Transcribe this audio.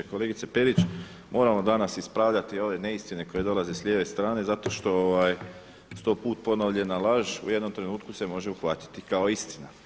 Kolegice Perić, moramo danas ispravljati ove neistine koje dolaze s lijeve strane zato što sto put ponovljena laž u jednom trenutku se može uhvatiti kao istina.